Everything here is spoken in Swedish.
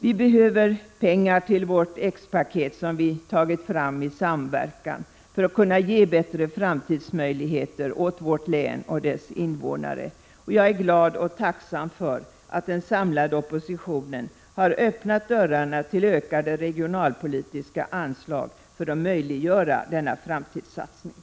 Vi behöver pengar till vårt X-paket, som vi tagit fram i samverkan, för att kunna ge bättre framtidsmöjligheter åt vårt län och dess invånare. Jag är glad och tacksam för att den samlade oppositionen har öppnat dörrarna till ökade regionalpolitiska anslag för att möjliggöra denna framtidssatsning.